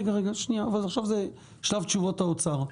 רגע, עכשיו זה שלב תשובות האוצר,